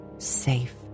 safe